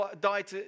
died